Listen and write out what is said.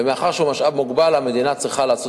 ומאחר שהיא משאב מוגבל המדינה צריכה לעשות